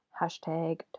hashtag